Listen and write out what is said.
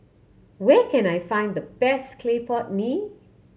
where can I find the best clay pot mee